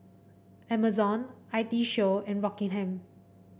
Amazon I T Show and Rockingham